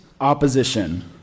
opposition